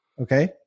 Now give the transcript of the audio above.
Okay